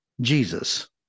Jesus